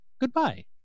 goodbye